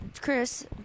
Chris